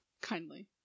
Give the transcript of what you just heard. kindly